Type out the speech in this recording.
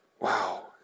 Wow